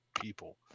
people